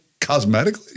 cosmetically